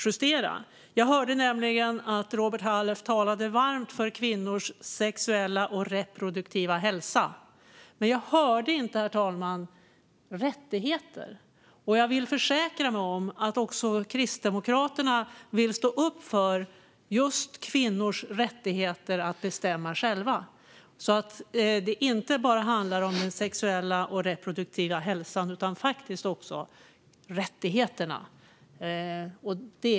Jag hörde nämligen att Robert Halef talade varmt för kvinnors sexuella och reproduktiva hälsa, men jag hörde inte rättigheter. Jag vill försäkra mig om att också Kristdemokraterna vill stå upp för just kvinnors rättigheter att bestämma själva, så att det inte bara handlar om den sexuella och reproduktiva hälsan utan faktiskt också om rättigheterna.